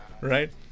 Right